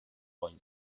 point